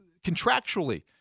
contractually